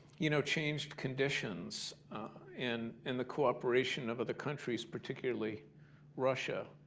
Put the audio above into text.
you know, changed conditions and and the cooperation of other countries, particularly russia